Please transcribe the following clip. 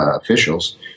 officials